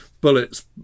bullets